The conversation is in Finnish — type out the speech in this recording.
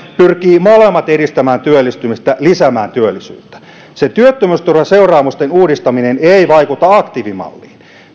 pyrkivät molemmat edistämään työllistymistä lisäämään työllisyyttä se työttömyysturvan seuraamusten uudistaminen ei vaikuta aktiivimalliin